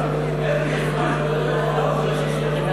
2)